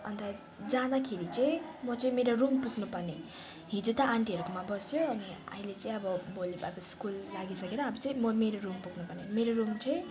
अन्त जाँदाखेरि चाहिँ म चाहिँ मेरो रुम पुग्नु पर्ने हिजो त आन्टीहरूकोमा बस्यो अनि अहिले चाहिँ अब भोलिपल्ट स्कुल लागिसकेर अब चाहिँ म मेरो रुम पुग्नु पर्ने मेरो रुम चाहिँ